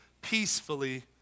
peacefully